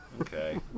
Okay